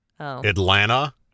Atlanta